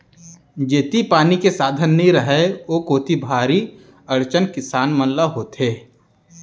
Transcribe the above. जेती पानी के साधन नइ रहय ओ कोती भारी अड़चन किसान मन ल होथे